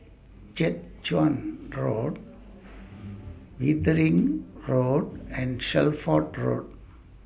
Jiak Chuan Road Wittering Road and Shelford Road